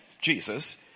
Jesus